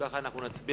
אם כך, אנחנו נצביע.